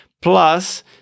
plus